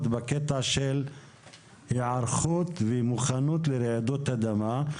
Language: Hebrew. בקטע של היערכות ומוכנות לרעידות אדמה.